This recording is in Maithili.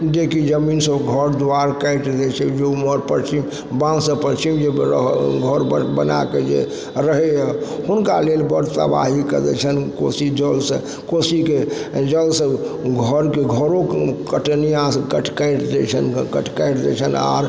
जे कि जमीनसँ घर दुआरि काटि दै छै बाँध सबपर छी घर बनायके जे रहइए हुनका लेल बड़ तबाही करय छन्हि कोसी जलसँ कोसीके जलसँ घरके घरो कटैनियासँ कटि जाइ छन्हि हुनकर घर काटि दै छन्हि आओर